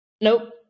Nope